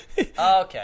Okay